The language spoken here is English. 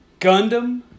Gundam